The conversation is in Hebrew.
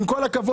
עם כל הכבוד,